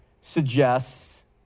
suggests